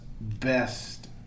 best